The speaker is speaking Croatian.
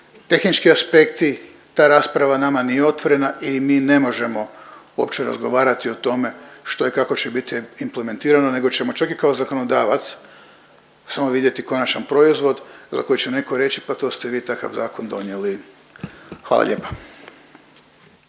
tehnički aspekti, za rasprava nama nije otvorena i mi ne možemo uopće razgovarati o tome što i kako će biti implementirano nego ćemo čak i kao zakonodavac samo vidjeti konačan proizvod za koji će netko reći, pa to ste vi takav zakon donijeli. Hvala lijepa.